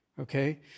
okay